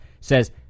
says